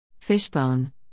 Fishbone